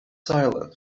silent